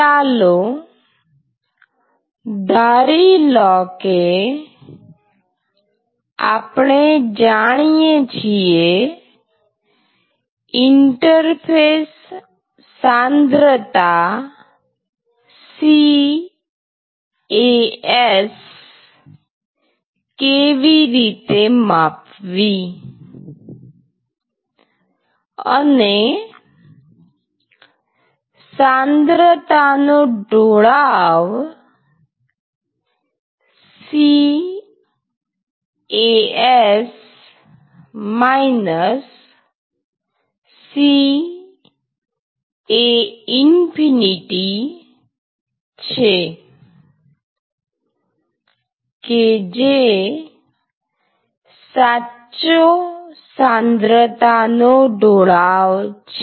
ચાલો ધારી લો કે આપણે જાણીએ છીએ ઇન્ટરફેસ સાંદ્રતા CAs કેવી રીતે માપવી અને સાંદ્રતા નો ઢોળાવ CAs −CA∞ છે કે જે સાચો સાંદ્રતા નો ઢોળાવ છે